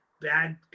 bad